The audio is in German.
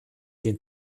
den